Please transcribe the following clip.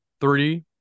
three